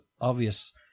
obvious